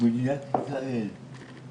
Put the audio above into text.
במדינת ישראל.